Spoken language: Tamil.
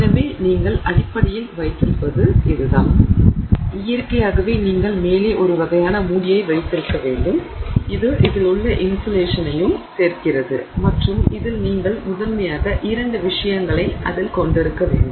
எனவே நீங்கள் அடிப்படையில் வைத்திருப்பது இதுதான் இயற்கையாகவே நீங்கள் மேலே ஒரு வகையான மூடியை வைத்திருக்க வேண்டும் இது இதில் உள்ள இன்சுலேஷனையும் சேர்க்கிறது மற்றும் இதில் நீங்கள் முதன்மையாக இரண்டு விஷயங்களை அதில் கொண்டிருக்க வேண்டும்